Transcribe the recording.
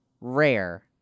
rare